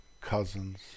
cousins